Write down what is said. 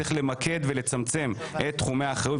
צריך למקד ולצמצם את תחומי האחריות,